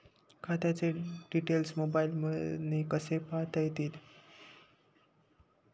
खात्याचे डिटेल्स मोबाईलने कसे पाहता येतील?